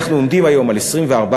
אנחנו עומדים היום על 24%,